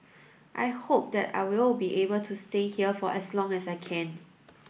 I hope that I will be able to stay here for as long as I can